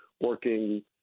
working